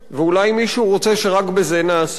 ואולי מישהו רוצה שרק בזה נעסוק,